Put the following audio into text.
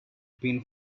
been